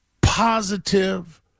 positive